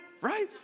right